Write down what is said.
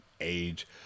age